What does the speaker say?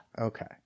Okay